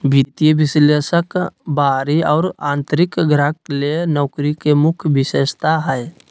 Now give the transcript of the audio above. वित्तीय विश्लेषक बाहरी और आंतरिक ग्राहक ले नौकरी के मुख्य विशेषता हइ